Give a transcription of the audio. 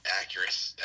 accurate